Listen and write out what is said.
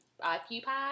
occupied